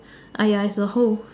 ah ya is the hole